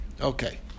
Okay